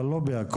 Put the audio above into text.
אבל לא בהכול.